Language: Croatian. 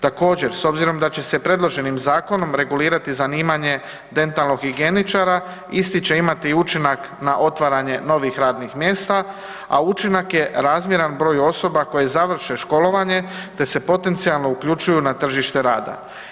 Također s obzirom da će se predloženim zakonom regulirati zanimanje dentalnog higijeničara, isti će imati učinak na otvaranje novih radnih mjesta, a učinak je razmjeran broju osoba koje završe školovanje te se potencijalno uključuju na tržište rada.